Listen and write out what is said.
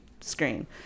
screen